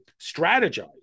strategize